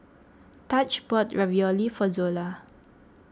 Taj bought Ravioli for Zola